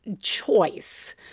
choice